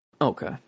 okay